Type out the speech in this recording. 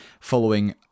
following